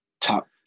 Top